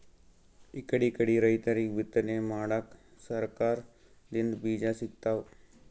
ಇಕಡಿಕಡಿ ರೈತರಿಗ್ ಬಿತ್ತನೆ ಮಾಡಕ್ಕ್ ಸರಕಾರ್ ದಿಂದ್ ಬೀಜಾ ಸಿಗ್ತಾವ್